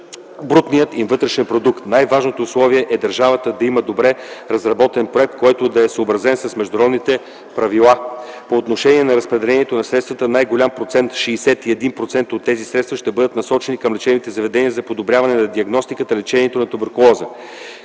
брутния вътрешен продукт. Най-важното условие е държавата да има добре разработен проект, който да е съобразен с международните правила. По отношение на разпределението на средствата най-голям процент - 61 процента от тези средства ще бъдат насочени към лечебните заведения за подобряване на диагностиката и лечението на туберкулозата.